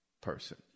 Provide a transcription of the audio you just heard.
person